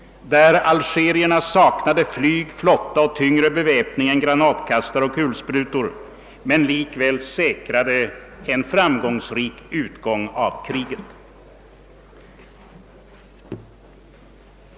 Algerierna saknade flyg, flotta och tyngre beväpning än granatkastare och kulsprutor men säkrade likväl en framgångsrik utgång av kriget.